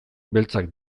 beltzak